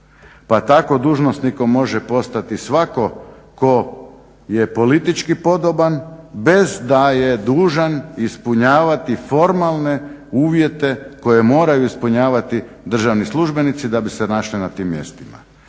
Pa tako dužnosnikom može postati svatko tko je politički podoban bez da je dužan ispunjavati formalne uvjete koje moraju ispunjavati državni službenici da bi se našli na tim mjestima.